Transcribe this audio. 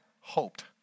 hoped